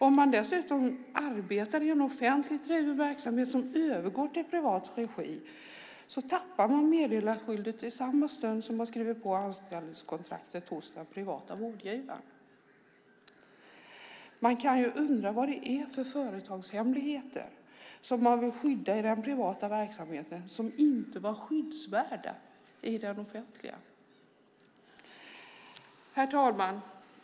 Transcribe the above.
Om du dessutom arbetar i en offentligt driven verksamhet som övergår till privat regi tappar du meddelarskyddet i samma stund som du skriver på anställningskontraktet hos den privata vårdgivaren. Man kan ju undra vad det är för företagshemligheter som ska skyddas i den privata verksamheten som inte var skyddsvärda i den offentliga. Herr talman!